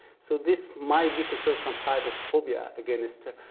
so this might be considered some type of phobia against,